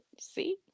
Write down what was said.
see